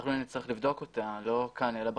אנחנו נצטרך לבדוק אותה, לא כאן אלא בחוץ,